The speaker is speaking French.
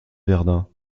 verdun